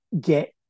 get